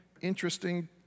interesting